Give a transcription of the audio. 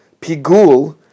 Pigul